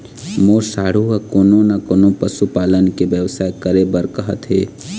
मोर साढ़ू ह कोनो न कोनो पशु पालन के बेवसाय करे बर कहत हे